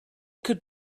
could